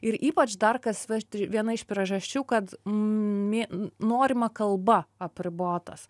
ir ypač dar kas va š tri viena iš priežasčių kad mi norima kalba apribotas